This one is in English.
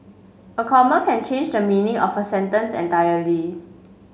a comma can change the meaning of a sentence entirely